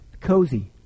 cozy